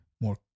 more